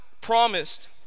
promised